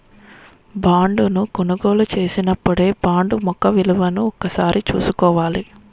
బాండును కొనుగోలు చేసినపుడే బాండు ముఖ విలువను ఒకసారి చూసుకోవాల